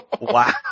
Wow